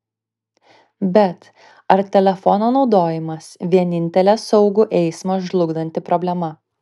bet ar telefono naudojimas vienintelė saugų eismą žlugdanti problema